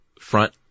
front